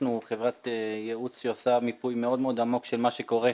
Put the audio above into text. לקחנו חברת ייעוץ שעושה מיפוי עמוק מאוד של מה שקורה,